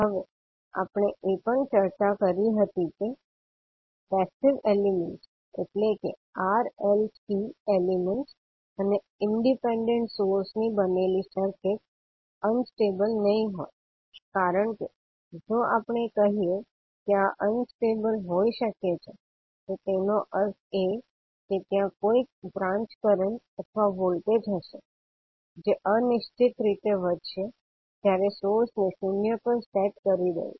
હવે આપણે એ પણ ચર્ચા કરી હતી કે પેસીવ એલિમેન્ટસ એટલે કે R L C એલિમેન્ટસ અને ઇંડિપેંડંટ સોર્સ ની બનેલી સર્કિટ્સ અનસ્ટેબલ નહીં હોય કારણ કે જો આપણે કહીએ કે આ અનસ્ટેબલ હોઈ શકે છે તો તેનો અર્થ એ કે ત્યાં કોઇંક બ્રાંચ કરંટ અથવા વોલ્ટેજ હશે જે અનિશ્ચિત રીતે વધશે જ્યારે સોર્સને શૂન્ય પર સેટ કરી દઇએ